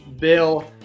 Bill